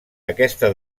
aquesta